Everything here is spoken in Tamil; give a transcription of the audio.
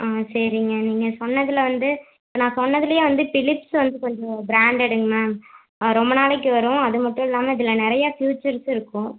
ஆ சரிங்க நீங்கள் சொன்னதில் வந்து இப்போ நான் சொன்னதுலையே வந்து பிலிப்ஸ் வந்து கொஞ்சம் ப்ராண்டடுங்க மேம் ரொம்ப நாளைக்கு வரும் அது மட்டும் இல்லாமல் இதில் நிறையா ஃபியூச்சர்ஸும் இருக்கும்